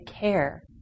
care